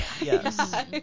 Yes